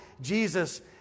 Jesus